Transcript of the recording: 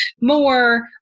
more